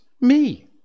me